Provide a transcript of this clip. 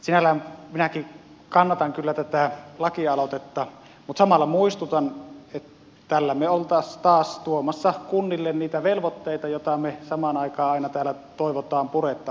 sinällään minäkin kannatan kyllä tätä lakialoitetta mutta samalla muistutan että tällä me olisimme taas tuomassa kunnille niitä velvoitteita joita me samaan aikaan aina täällä toivomme purettavaksi